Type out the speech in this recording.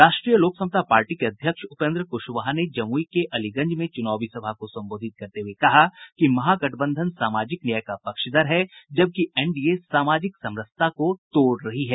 राष्ट्रीय लोक समता पार्टी के अध्यक्ष उपेन्द्र कुशवाहा ने जमुई के अलीगंज में चुनावी सभा को संबोधित करते हुए कहा कि महागठबंधन सामाजिक न्याय का पक्षधर है जबकि एनडीए सामाजिक समरसता को तोड़ रही है